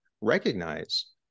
recognize